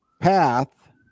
Path